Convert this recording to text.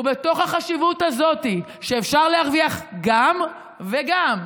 ובתוך החשיבות הזאת, שאפשר להרוויח גם וגם,